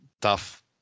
tough